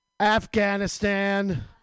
Afghanistan